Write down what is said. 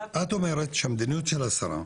את אומרת שהמדיניות של השרה,